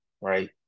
right